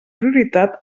prioritat